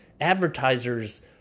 advertisers